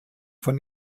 von